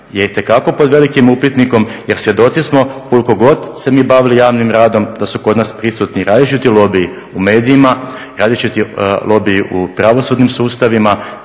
je itekako pod velikim upitnikom jer svjedoci smo, koliko god se mi bavili javnim radom da su kod nas prisutni različiti lobiji u medijima, različiti lobiji u pravosudnim sustavima,